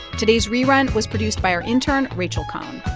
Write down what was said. today's rerun was produced by our intern, rachel cohn.